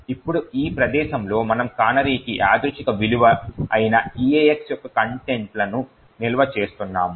ఇప్పుడు ఈ ప్రదేశంలో మనము కానరీకి యాదృచ్ఛిక విలువ అయిన EAX యొక్క కంటెంట్లను నిల్వ చేస్తున్నాము